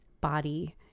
body